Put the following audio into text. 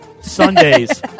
Sunday's